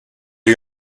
you